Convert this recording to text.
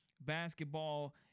basketball